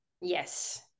Yes